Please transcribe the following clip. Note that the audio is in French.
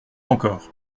encore